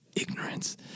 ignorance